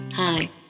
Hi